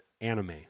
anime